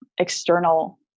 External